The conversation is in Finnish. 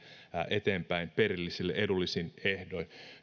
perillisille edullisin ehdoin